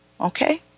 okay